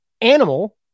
Animal